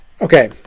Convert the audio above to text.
Okay